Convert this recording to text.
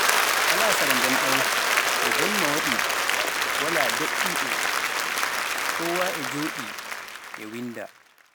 Alasara ndenɗon nde jemma waɗi walaa deɗɗiiɗo, koowaa e jooɗii e winnda.